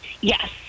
Yes